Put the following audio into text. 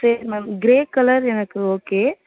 சரி ma'am grey colour எனக்கு okay